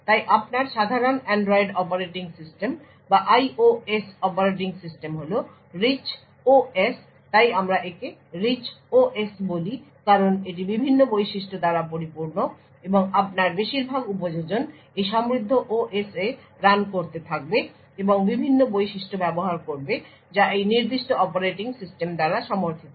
তাই আপনার সাধারণ অ্যান্ড্রয়েড অপারেটিং সিস্টেম বা আইওএস অপারেটিং সিস্টেম হল রিচ OS তাই আমরা একে রিচ OS বলি কারণ এটি বিভিন্ন বৈশিষ্ট্য দ্বারা পরিপূর্ণ এবং আপনার বেশিরভাগ উপযোজন এই সমৃদ্ধ OS এ রান করতে থাকবে এবং বিভিন্ন বৈশিষ্ট্য ব্যবহার করবে যা সেই নির্দিষ্ট অপারেটিং সিস্টেম দ্বারা সমর্থিত